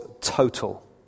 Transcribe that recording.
total